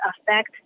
affect